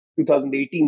2018